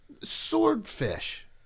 Swordfish